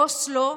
אוסלו,